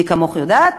מי כמוך יודעת,